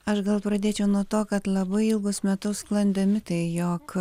aš gal pradėčiau nuo to kad labai ilgus metus sklandė mitai jog